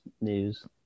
news